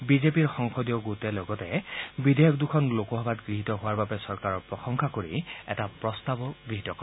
বিজেপিৰ সংসদীয় গোটে লগতে বিধেয়কদুখন লোকসভাত গৃহীত হোৱাৰ বাবে চৰকাৰৰ প্ৰশংসা কৰি এটা প্ৰস্তাৱো গ্ৰহণ কৰে